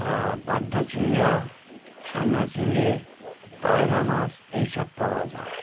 বাগদা চিংড়ি সান্না চিংড়ি পায়রা মাছ এইসব পাওয়া যায়